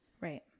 right